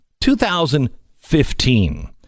2015